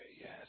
yes